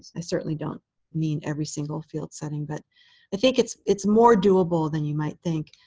i certainly don't mean every single field setting. but i think it's it's more doable than you might think.